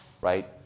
right